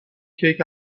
کیک